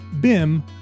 BIM